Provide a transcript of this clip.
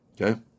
Okay